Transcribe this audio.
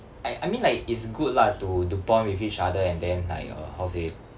I I mean like it's good lah to to bond with each other and then like uh how to say